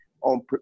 on